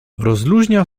rozluźnia